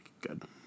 good